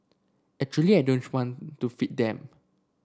actually I want to feed them